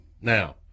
Now